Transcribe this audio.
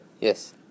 yes